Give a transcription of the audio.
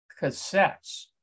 cassettes